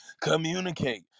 communicate